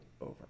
over